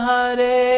Hare